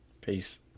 peace